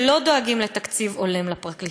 שלא דואגים לתקציב הולם לפרקליטות.